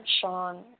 Sean